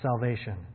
salvation